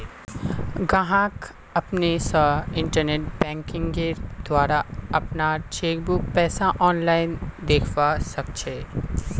गाहक अपने स इंटरनेट बैंकिंगेंर द्वारा अपनार चेकबुकेर पैसा आनलाईन दखवा सखछे